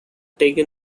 taken